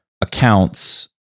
accounts